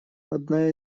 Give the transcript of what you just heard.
одна